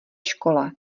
škole